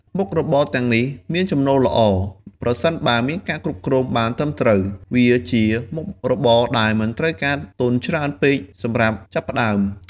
មុខរបរទាំងនេះមានចំណូលល្អ ប្រសិនបើមានការគ្រប់គ្រងបានត្រឹមត្រូវ វាជាមុខរបរដែលមិនត្រូវការទុនច្រើនពេកសម្រាប់ចាប់ផ្ដើម។